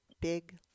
big